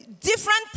different